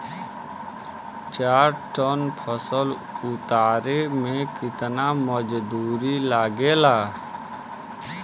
चार टन फसल उतारे में कितना मजदूरी लागेला?